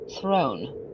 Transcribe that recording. throne